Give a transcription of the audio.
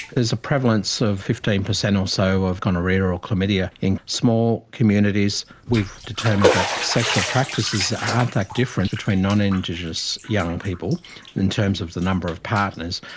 there's a prevalence of fifteen percent or so of gonorrhoea or chlamydia in small communities. we determined that sexual practices aren't that different between non-indigenous young people in terms of the number of partners.